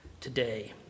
today